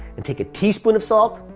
and take a teaspoon of salt,